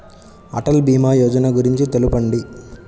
అటల్ భీమా యోజన గురించి తెలుపండి?